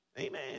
Amen